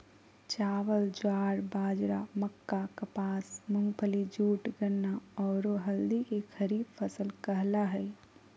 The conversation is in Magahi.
चावल, ज्वार, बाजरा, मक्का, कपास, मूंगफली, जूट, गन्ना, औरो हल्दी के खरीफ फसल कहला हइ